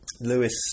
Lewis